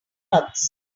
bugs